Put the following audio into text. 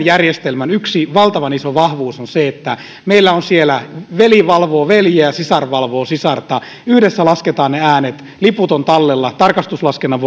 järjestelmän yksi valtavan iso vahvuus on se että meillä siellä veli valvoo veljeä ja sisar valvoo sisarta yhdessä lasketaan ne äänet liput on tallella tarkastuslaskennan